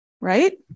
Right